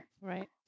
Right